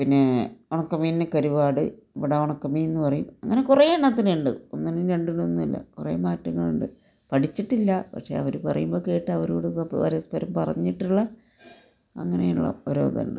പിന്നെ ഉണക്ക മീനിനൊക്കെ ഒരുപാട് ഇവിടെ ഉണക്ക മീനെന്ന് പറയും അങ്ങനെ കുറേ എണ്ണത്തിനുണ്ട് ഒന്നിനും രണ്ടിനും ഒന്നും അല്ല കുറേ മാറ്റങ്ങൾ ഉണ്ട് പഠിച്ചിട്ടില്ല പക്ഷേ അവർ പറയുമ്പോൾ കേട്ടു അവരോട് പരസ്പരം പറഞ്ഞിട്ടുള്ള അങ്ങനെയുള്ള ഓരോ ഇതുണ്ട്